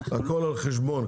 הכל על חשבון.